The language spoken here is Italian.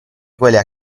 quelle